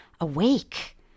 awake